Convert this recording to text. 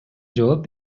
жооп